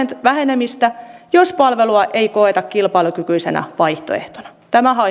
vähenemistä jos palvelua ei koeta kilpailukykyisenä vaihtoehtona tämähän